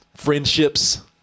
Friendships